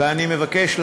ואני מבקש,